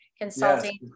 Consulting